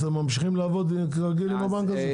אתם ממשיכים לעבוד כרגיל עם הבנק הזה?